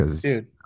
Dude